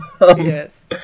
Yes